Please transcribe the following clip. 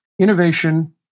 innovation